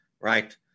right